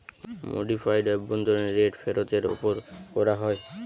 modified অভ্যন্তরীন rate ফেরতের ওপর করা হয়